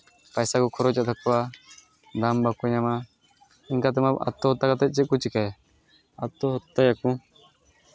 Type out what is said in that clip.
ᱯᱚᱭᱥᱟ ᱠᱚ ᱠᱷᱚᱨᱚᱪᱚᱜ ᱛᱟᱠᱚᱣᱟ ᱫᱟᱢ ᱵᱟᱠᱚ ᱧᱟᱢᱟ ᱤᱱᱠᱟᱹ ᱛᱮᱢᱟ ᱟᱛᱛᱚᱦᱚᱛᱛᱟ ᱠᱟᱛᱮᱫ ᱪᱮᱫ ᱠᱚ ᱪᱤᱠᱟᱹᱭᱟ ᱟᱛᱛᱚᱦᱚᱛᱴᱟ ᱭᱟᱠᱚ